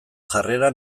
jarrera